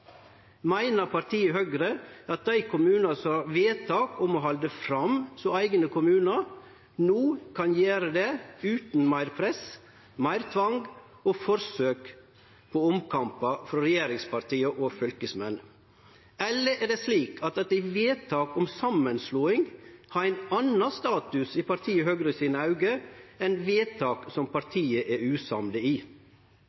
Meiner partiet Høgre det? Meiner partiet Høgre at dei kommunane som har vedtak om å halde fram som eigne kommunar, no kan gjere det utan meir press, meir tvang og forsøk på omkampar frå regjeringsparti og fylkesmenn? Eller er det slik at vedtak om samanslåing har ein annan status i partiet Høgres auge enn vedtak som